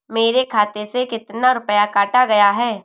मेरे खाते से कितना रुपया काटा गया है?